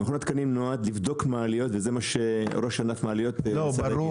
מכון התקנים נועד לבדוק מעליות וזה מה שראש ענף מעליות --- ברור,